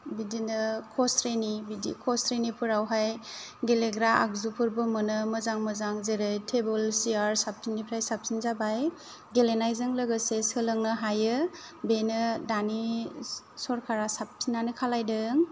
बिदिनो क' स्रेनि बिदि क' स्रेनिफोरावहाय गेलेग्रा आगजुफोरबो मोनो मोजां मोजां जेरै टेबोल सियार साबसिननिफ्राय साबसिन जाबाय गेलेनायजों लोगोसे सोलोंनो हायो बेनो दानि सोरखारा साबसिनानो खालामदों